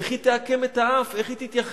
איך היא תעקם את האף, איך היא תתייחס.